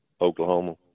Oklahoma